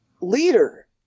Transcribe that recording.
leader